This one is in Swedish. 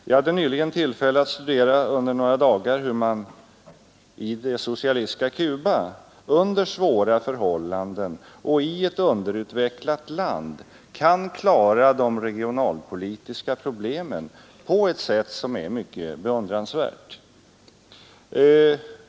Jag hade nyligen tillfälle att under några dagar studera hur man i det socialistiska Cuba under svåra förhållanden och i ett underutvecklat land kan klara de regionalpolitiska problemen på ett mycket beundransvärt sätt.